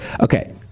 Okay